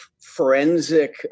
forensic